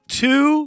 two